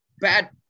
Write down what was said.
bad